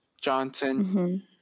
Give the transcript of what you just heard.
Johnson